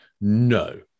no